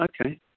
Okay